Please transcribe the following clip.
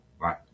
Right